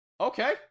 okay